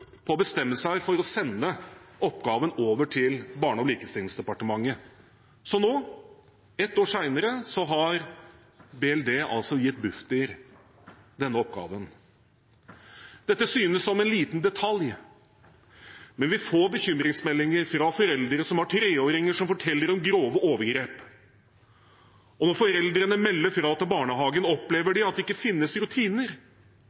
på å bestemme seg for å sende oppgaven over til Barne- og likestillingsdepartementet. Nå – ett år senere – har Barne- og likestillingsdepartementet altså gitt Bufdir denne oppgaven. Dette synes som en liten detalj, men vi får bekymringsmeldinger fra foreldre som har treåringer som forteller om grove overgrep. Og når foreldrene melder fra til barnehagen, opplever